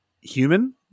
human